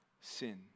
sin